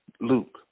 Luke